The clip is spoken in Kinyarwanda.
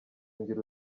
ngira